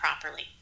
properly